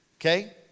okay